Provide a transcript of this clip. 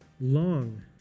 long